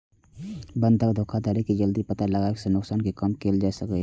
बंधक धोखाधड़ी के जल्दी पता लगाबै सं नुकसान कें कम कैल जा सकै छै